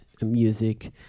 music